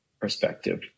perspective